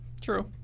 True